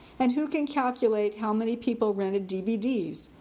and who can calculate how many people rented dvds,